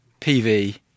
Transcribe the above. PV